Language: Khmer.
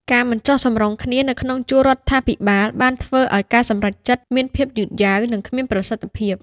ការមិនចុះសម្រុងគ្នានៅក្នុងជួររដ្ឋាភិបាលបានធ្វើឲ្យការសម្រេចចិត្តមានភាពយឺតយ៉ាវនិងគ្មានប្រសិទ្ធភាព។